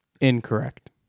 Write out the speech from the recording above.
Incorrect